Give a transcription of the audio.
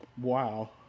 Wow